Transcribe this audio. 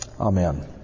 amen